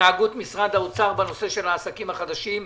מהתנהגות משרד האוצר בנושא של העסקים החדשים,